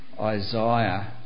Isaiah